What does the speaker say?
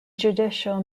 judicial